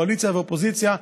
קואליציה ואופוזיציה,